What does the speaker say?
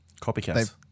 Copycats